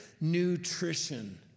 nutrition